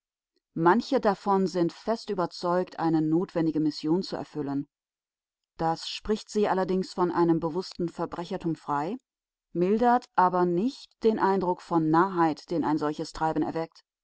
manche davon sind fest überzeugt eine notwendige mission zu erfüllen das spricht sie allerdings von einem bewußten verbrechertum frei mildert aber nicht den eindruck von narrheit den solches treiben erweckt